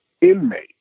inmate